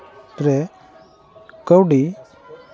ᱨᱮ ᱠᱟᱹᱣᱰᱤ